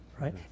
right